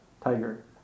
tiger